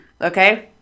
okay